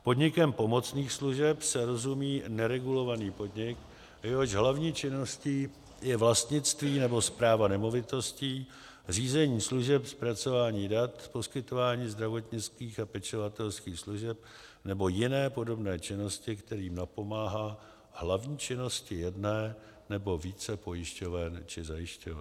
Podnikem pomocných služeb se rozumí neregulovaný podnik, jehož hlavní činností je vlastnictví nebo správa nemovitostí, řízení služeb zpracování dat, poskytování zdravotnických a pečovatelských služeb nebo jiné podobné činnosti, kterými napomáhá v hlavní činnosti jedné nebo více pojišťoven či zajišťoven.